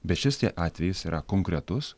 bet šis tai atvejis yra konkretus